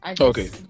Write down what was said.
okay